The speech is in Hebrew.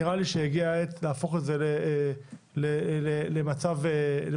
נראה לי שהגיעה העת להפוך את זה למצב קבוע.